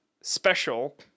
special